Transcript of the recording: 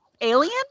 alien